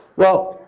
well,